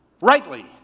rightly